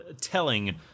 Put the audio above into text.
telling